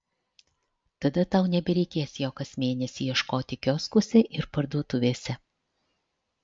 tada tau nebereikės jo kas mėnesį ieškoti kioskuose ir parduotuvėse